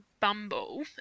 Bumble